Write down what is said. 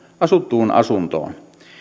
asuttuun asuntoon